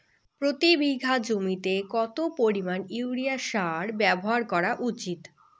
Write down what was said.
প্রতি বিঘা জমিতে কত পরিমাণ ইউরিয়া সার ব্যবহার করা উচিৎ?